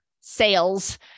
sales